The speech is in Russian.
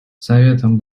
советом